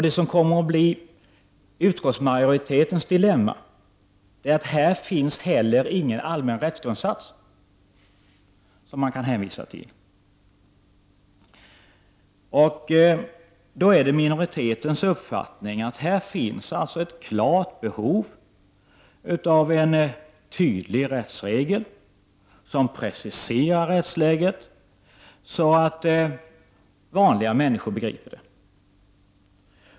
Det som kommer att bli utskottsmajoritetens dilemma är att här finns heller ingen annan rättsgrundsats som man kan hänvisa till. Det är minoritetens uppfattning att här finns ett klart behov av en tydlig rättsregel som preciserar rättsläget så att vanliga människor begriper det.